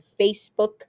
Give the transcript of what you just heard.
Facebook